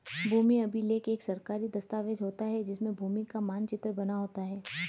भूमि अभिलेख एक सरकारी दस्तावेज होता है जिसमें भूमि का मानचित्र बना होता है